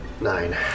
Nine